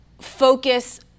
focus